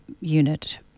unit